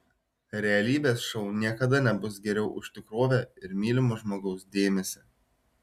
realybės šou niekada nebus geriau už tikrovę ir mylimo žmogaus dėmesį